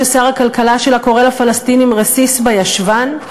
ששר הכלכלה שלה קורא לפלסטינים "רסיס בישבן",